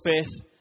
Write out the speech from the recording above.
faith